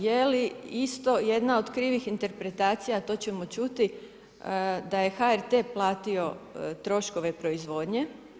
Je li isto jedna od krivih interpretacija, to ćemo čuti, da je HRT platio troškove proizvodnje.